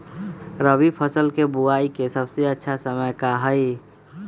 रबी फसल के बुआई के सबसे अच्छा समय का हई?